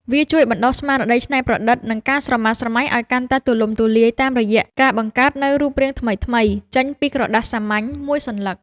វាជួយបណ្ដុះស្មារតីច្នៃប្រឌិត និងការស្រមើស្រមៃឱ្យកាន់តែទូលំទូលាយ តាមរយៈការបង្កើតនូវរូបរាងថ្មីៗចេញពីក្រដាសសាមញ្ញមួយសន្លឹក។